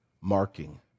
Marking